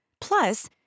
Plus